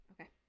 Okay